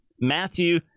Matthew